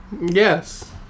Yes